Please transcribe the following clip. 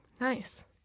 Nice